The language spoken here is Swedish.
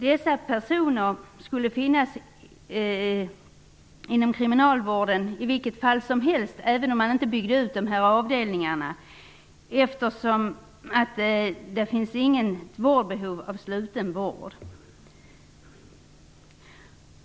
Dessa personer skulle finnas inom kriminalvården i vilket fall som helst, även om man inte byggde ut de här avdelningarna, eftersom det inte finns något behov av sluten vård.